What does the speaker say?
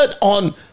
on